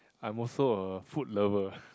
I'm also a food lover